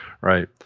right